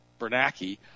Bernanke